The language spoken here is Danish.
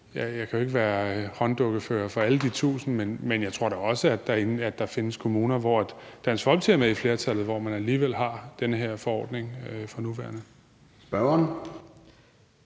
Jeg kan jo ikke være hånddukkefører for alle 1.000, men jeg tror da også, at der findes kommuner, hvor Dansk Folkeparti er med i flertallet, og hvor man alligevel har den her forordning for nuværende.